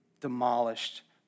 demolished